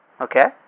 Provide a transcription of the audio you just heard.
Okay